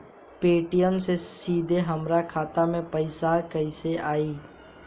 Paytm से सीधे हमरा खाता मे पईसा कइसे आई?